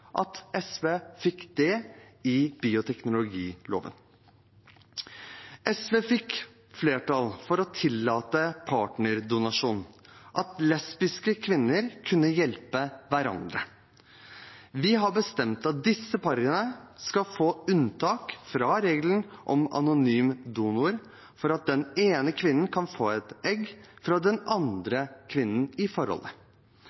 at SV fikk det inn i bioteknologiloven. SV fikk flertall for å tillate partnerdonasjon – at lesbiske kvinner kunne hjelpe hverandre. Vi har bestemt at disse parene skal få unntak fra regelen om anonym donor – for at den ene kvinnen kan få et egg fra den